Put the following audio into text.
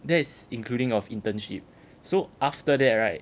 that is including of internship so after that right